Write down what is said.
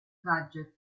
gadget